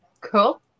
Cool